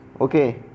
Okay